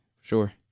Sure